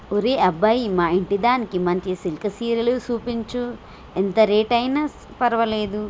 ఒరే అబ్బాయి మా ఇంటిదానికి మంచి సిల్కె సీరలు సూపించు, ఎంత రేట్ అయిన పర్వాలేదు